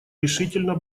решительно